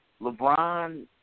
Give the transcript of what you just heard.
LeBron